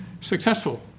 successful